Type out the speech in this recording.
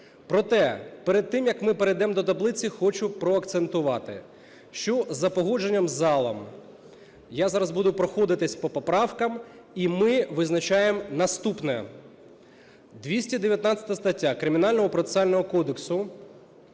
Проте перед тим, як ми перейдемо до таблиці, хочу проакцентувати, що за погодженням з залом, я зараз буду проходитись по поправках, і ми визначаємо наступне. 219 стаття Кримінального процесуального кодексу